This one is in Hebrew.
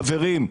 חברים,